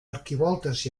arquivoltes